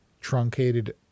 truncated